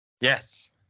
yes